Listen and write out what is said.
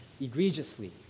egregiously